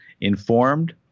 informed